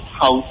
House